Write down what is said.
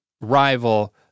rival